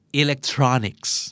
electronics